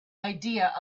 idea